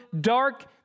dark